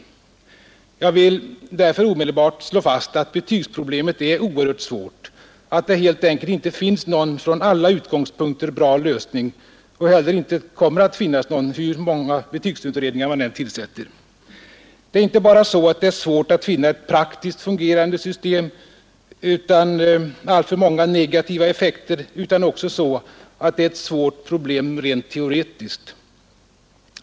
Därför vill jag omedelbart sla fast, att betygsproblemet är oerhört svärt och att det helt enkelt inte finns någon från alla utgångspunkter bra lösning och heller inte kommer att finnas nägon, hur många betygsutredningar man än tillsätter. Det är inte bara så. att det är svärt att finna ett praktiskt lungerande system utan alltför mänga negativa etfekter, utan detta är ett svart problem rent teoretiskt.